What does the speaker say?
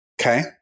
Okay